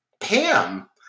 Pam